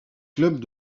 clubs